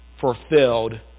fulfilled